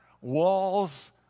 walls